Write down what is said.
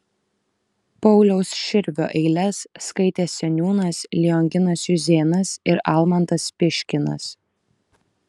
pauliaus širvio eiles skaitė seniūnas lionginas juzėnas ir almantas piškinas